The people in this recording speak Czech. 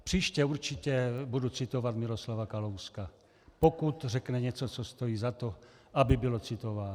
Příště určitě budu citovat Miroslava Kalouska, pokud řekne něco, co stojí za to, aby bylo citováno.